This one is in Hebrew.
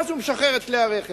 ואז הוא משחרר את כלי הרכב.